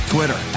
Twitter